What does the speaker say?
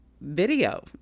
video